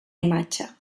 imatge